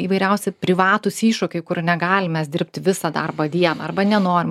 įvairiausi privatūs iššūkiai kur negalim dirbti visą darbo dieną arba nenorim